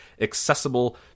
accessible